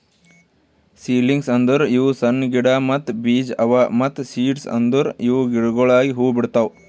seedlings ಅಂದುರ್ ಇವು ಸಣ್ಣ ಗಿಡ ಮತ್ತ್ ಬೀಜ ಅವಾ ಮತ್ತ ಸೀಡ್ಸ್ ಅಂದುರ್ ಇವು ಗಿಡಗೊಳಾಗಿ ಹೂ ಬಿಡ್ತಾವ್